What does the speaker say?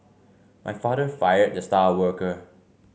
my father fired the star worker